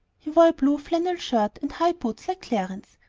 he wore a blue flannel shirt and high boots like clarence's,